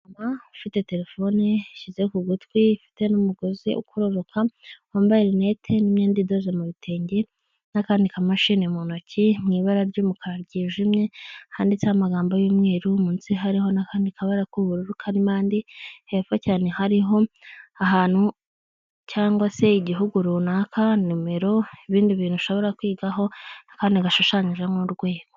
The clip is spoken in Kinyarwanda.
Umuntu ufite telefone ishyize ku gutwi ifite n'umugozi u ukororoka wambayenette n'imyenda idoze mu bi bitenge n'akandi kamashini mu ntokiw ibara ry'umukara ryijimye handitseho amagambo y'umweru munsi hariho n'akandi kabara k'ubururu karimo hepfo cyane hari ahantu cyangwa se igihugu runaka nomero ibindi bintu ushobora kwigaho kandi gashushanyijemo urwego.